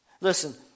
Listen